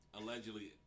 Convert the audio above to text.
Allegedly